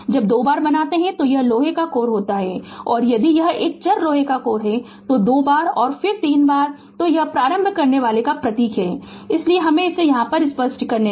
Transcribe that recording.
जब 2 बार बनाते हैं तो यह लोहे का कोर होता है और यदि यह एक चर लोहे का कोर है तो 2 बार और फिर तीर बनाएं तो यह प्रारंभ करने वाला का प्रतीक है इसलिए मुझे इसे यहाँ स्पष्ट करने दे